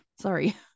Sorry